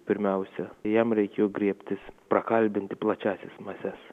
pirmiausia jam reikėjo griebtis prakalbinti plačiąsias mases